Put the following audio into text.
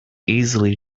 easily